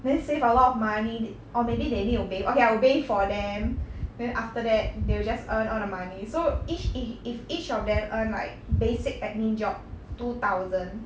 then save a lot of money th~ or maybe they need to bathe okay I will bathe for them then after that they will just earn all the money so each if if each of them earn like basic admin job two thousand